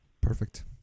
Perfect